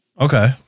Okay